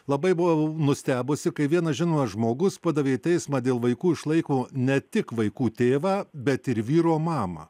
labai buvau nustebusi kai vienas žinomas žmogus padavė į teismą dėl vaikų išlaiko ne tik vaikų tėvą bet ir vyro mamą